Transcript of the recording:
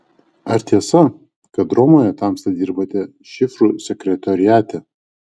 ar tiesa kad romoje tamsta dirbate šifrų sekretoriate